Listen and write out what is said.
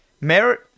merit